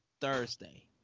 Thursday